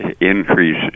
increase